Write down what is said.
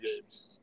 games